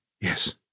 Yes